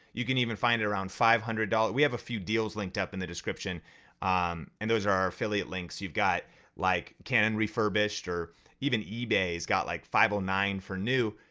you can even find it around five hundred we have a few deals linked up in the description and those are our affiliate links you've got like canon refurbished or even ebay's got like five hundred and nine for new.